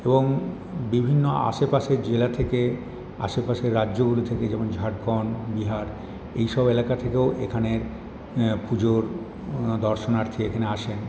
এবং বিভিন্ন আশেপাশের জেলা থেকে আশেপাশের রাজ্যগুলি থেকে যেমন ঝাড়খন্ড বিহার এইসব এলাকা থেকেও এখানের পুজোর দর্শনার্থী এখানে আসেন